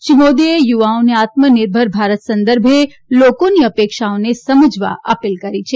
શ્રી મોદીએ યુવાઓને આત્મનિર્ભર ભારત સંદર્ભે લોકોની અપેક્ષાઓને સમજવા અપીલ કરી છે